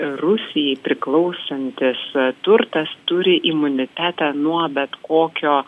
rusijai priklausantis turtas turi imunitetą nuo bet kokio